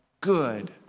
good